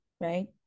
right